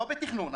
לא בתכנון,